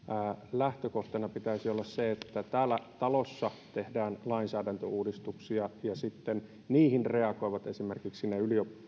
lähtökohtana pitäisi olla se että täällä talossa tehdään lainsäädäntöuudistuksia ja sitten niihin reagoivat esimerkiksi